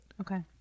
Okay